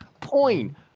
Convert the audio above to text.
point